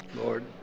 Lord